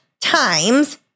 times